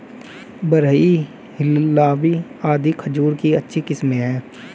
बरही, हिल्लावी आदि खजूर की अच्छी किस्मे हैं